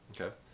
Okay